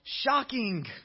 shocking